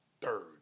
third